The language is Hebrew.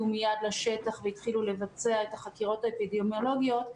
והחלו לבצע את החקירות האפידמיולוגיות,